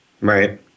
Right